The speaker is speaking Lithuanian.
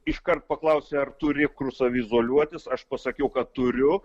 iškart paklausė ar turi kur saviizoliuotis aš pasakiau kad turiu